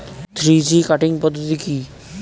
Three G cutting পদ্ধতি কি?